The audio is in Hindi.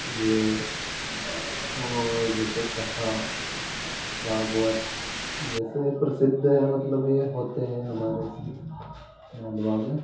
ये और जैसे कथा भागवत जैसे प्रसिद्ध हैं मतलब ये होते हैं हमारे इसमें मालवा में